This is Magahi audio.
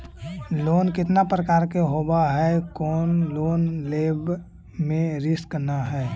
लोन कितना प्रकार के होबा है कोन लोन लेब में रिस्क न है?